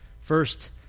First